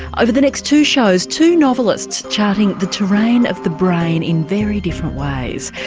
over the next two shows, two novelists charting the terrain of the brain in very different ways.